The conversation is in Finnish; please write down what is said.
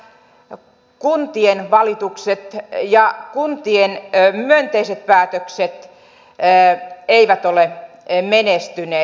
sen sijaan kuntien valitukset ja kuntien myönteiset päätökset eivät ole menestyneet